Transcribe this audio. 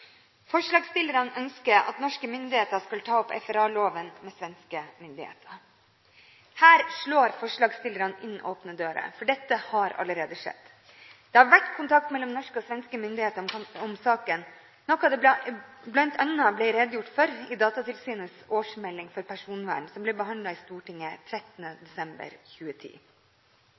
Forslagsstillerne ønsker at norske myndigheter skal ta opp FRA-loven med svenske myndigheter. Her slår forslagsstillerne inn åpne dører, for dette har allerede skjedd. Det har vært kontakt mellom norske og svenske myndigheter om saken, noe det bl.a. ble redegjort for i Datatilsynets og Personvernnemndas årsmeldinger, som ble behandlet i Stortinget 13. desember 2010.